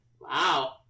Wow